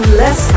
less